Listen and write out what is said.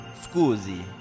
scusi